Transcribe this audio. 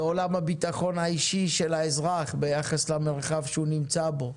עולם הביטחון האישי של האזרח ביחס למרחב שהוא נמצא בו.